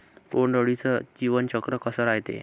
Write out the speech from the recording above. बोंड अळीचं जीवनचक्र कस रायते?